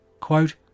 Quote